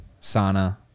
sauna